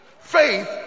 Faith